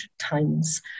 times